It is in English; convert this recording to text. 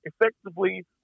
effectively